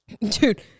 Dude